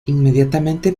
inmediatamente